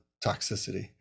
toxicity